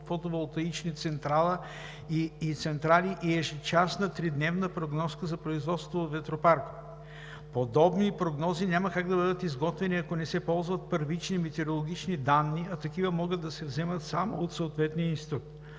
фотоволтаични централи и ежечасна 3-дневна прогноза на производство от ветропарк. Подобни прогнози няма как да бъдат изготвени, ако не се ползват първични метеорологични данни, а такива могат да се вземат само от съответния институт.